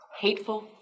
hateful